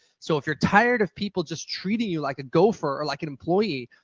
so if you're tired of people just treating you like a gopher or like an employee,